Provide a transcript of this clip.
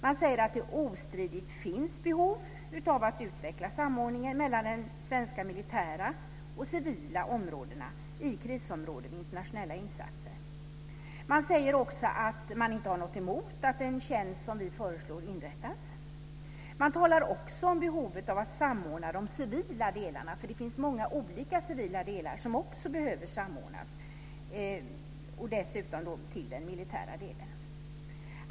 Man säger att det ostridigt finns behov av att utveckla samordningen mellan de svenska militära och civila områdena i krisområden vid internationella insatser. Man säger också att man inte har något emot att en tjänst som vi föreslår inrättas. Man talar också om behovet av att samordna de civila delarna. Det finns många olika civila delar som också behöver samordnas och dessutom till den militära delen.